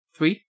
Three